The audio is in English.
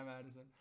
Madison